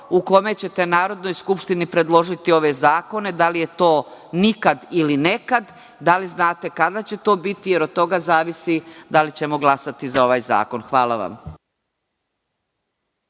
u kome ćete Narodnoj skupštini predložiti ove zakone? Da li je to nikada ili nekada? Da li znate kada će to biti, jer od toga zavisi da li ćemo glasati za ovaj zakon? Hvala vam.